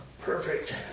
perfect